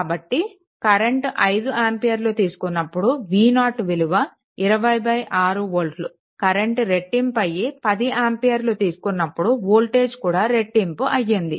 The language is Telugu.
కాబట్టి కరెంట్ 5 ఆంపియర్లు తీసుకున్నప్పుడు v0 విలువ 206 వోల్ట్లు కరెంట్ రెటింపు అయ్యి 10 ఆంపియర్లు తీసుకున్నప్పుడు వోల్టేజ్ కూడా రెటింపు అయ్యింది